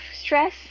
stress